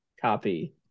copy